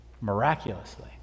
Miraculously